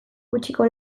gutxiko